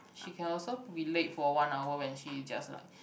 she can also be late for one hour when she just like